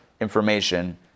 information